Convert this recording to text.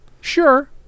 Sure